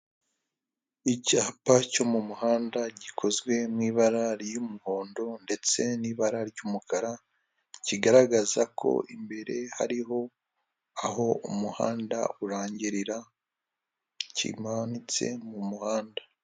Icyapa cyo mu muhanda gikozwe mu ibara ry'umuhondo, ndetse n'ibara ry'umukara, kigaragaza ko imbere hariho aho umuhanda urangirira, kimanitse mu muhanda.